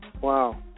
Wow